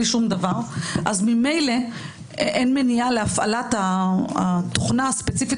ממילא אין מניעה להפעלת התוכנה הספציפית